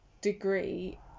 degree